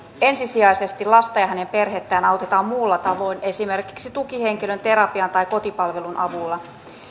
ensisijaisesti lasta ja hänen perhettään autetaan muulla tavoin esimerkiksi tukihenkilön terapian tai kotipalvelun avulla